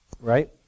right